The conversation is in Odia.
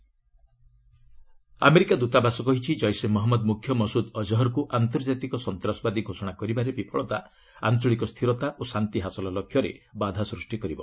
ୟୁଏସ୍ ମସ୍କଦ୍ ଅକ୍୍କହର୍ ଆମେରିକା ଦୂତାବାସ କହିଛି କ୍ରିସେ ମହମ୍ମଦ୍ ମୁଖ୍ୟ ମସୁଦ୍ ଅଜହର୍କୁ ଆନ୍ତର୍ଜାତିକ ସନ୍ତାସବାଦୀ ଘୋଷଣା କରିବାରେ ବିଫଳତା ଆଞ୍ଚଳିକ ସ୍ଥିରତା ଓ ଶାନ୍ତି ହାସଲ ଲକ୍ଷ୍ୟରେ ବାଧା ସୃଷ୍ଟି କରିବ